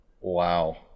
Wow